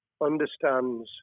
understands